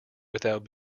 without